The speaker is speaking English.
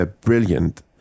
brilliant